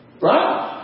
Right